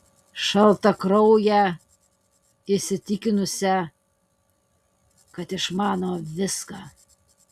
šaltakrauję įsitikinusią kad išmano viską